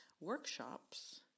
workshops